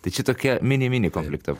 tai čia tokia mini mini konflikto